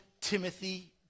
Timothy